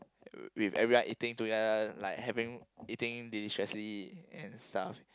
with everyone eating together like having eating distressingly and stuff